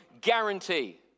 guarantee